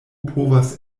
povas